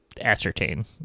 ascertain